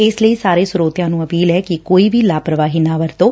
ਇਸ ਲਈ ਸਾਰੇ ਸਰੋਤਿਆਂ ਨੂੰ ਅਪੀਲ ਐ ਕਿ ਕੋਈ ਵੀ ਲਾਪਰਵਾਹੀ ਨਾ ਵਰਤੋਂ